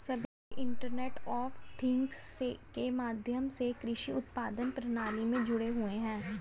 सभी internet of things के माध्यम से कृषि उत्पादन प्रणाली में जुड़े हुए हैं